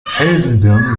felsenbirnen